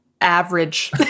average